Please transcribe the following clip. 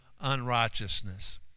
unrighteousness